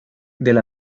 del